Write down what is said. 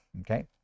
okay